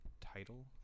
title